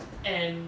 and